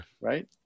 Right